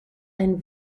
ein